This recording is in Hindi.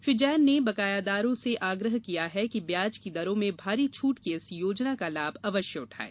श्री जैन ने बकायादारों से आग्रह किया है कि ब्याज की दरों में भारी छूट की इस योजना का लाभ अवश्य उठायें